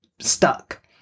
Stuck